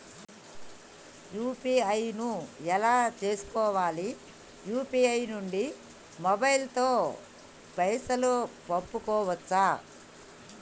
UPI ను ఎలా చేస్కోవాలి యూ.పీ.ఐ నుండి మొబైల్ తో పైసల్ పంపుకోవచ్చా?